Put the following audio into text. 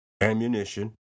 ammunition